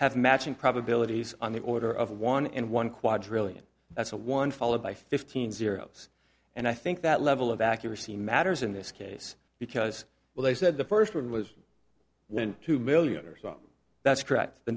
have matching probabilities on the order of one in one quadrillion that's a one followed by fifteen zero s and i think that level of accuracy matters in this case because well they said the first one was when two million or so that's correct the